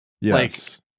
Yes